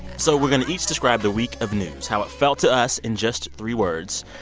so we're going to each describe the week of news how it felt to us in just three words.